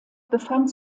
befand